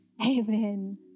Amen